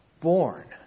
born